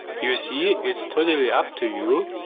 you see, it's totally up to you.